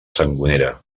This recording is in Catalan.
sangonera